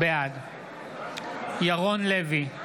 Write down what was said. בעד ירון לוי,